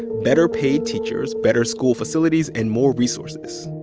better-paid teachers, better school facilities and more resources.